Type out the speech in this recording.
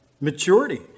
maturity